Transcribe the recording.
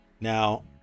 Now